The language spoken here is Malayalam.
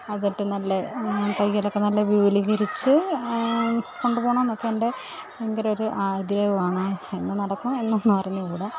അതൊട്ട് നല്ല തയ്യലൊക്കെ നല്ല വിപുലീകരിച്ച് കൊണ്ട് പോകണമെന്നൊക്കെ എൻ്റെ ഭയങ്കരം ഒരു ആഗ്രഹമ്നാണ് എന്ന് നടക്കും എന്നൊന്നും അറിഞ്ഞു കൂട